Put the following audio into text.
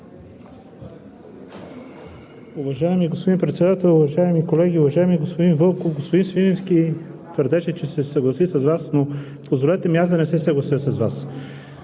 Уважаеми господин Председател, уважаеми колеги! Уважаеми господин Вълков, господин Свиленски твърдеше, че се е съгласил с Вас, но ми позволете аз да не се съглася с Вас.